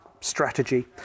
strategy